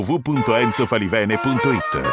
www.enzofalivene.it